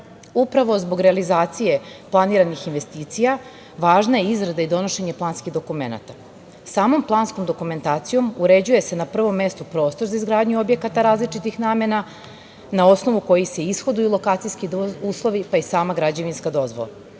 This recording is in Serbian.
Upravo zbog realizacije planiranih investicija, važna je izrada i donošenje planskih dokumenata. Samom planskom dokumentacijom uređuje se na prvom mestu prostor za izgradnju objekata različitih namena na osnovu koje se ishoduju lokacijski uslovi, pa i sama građevinska dozvola.